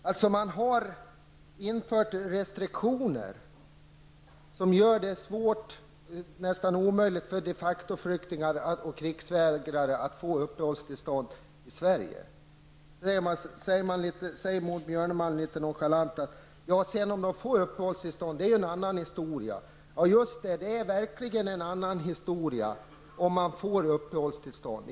Man har alltså infört restriktioner som gör det svårt, och nästan omöjligt, för de facto-flyktingar och krigsvägrare att få uppehållstillstånd i Sverige. Men Maud Björnemalm säger litet nonchalant att om de sedan får uppehållstillstånd är en annan historia. Ja just det, det är verkligen en annan historia om de får uppehållstillstånd.